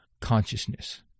consciousness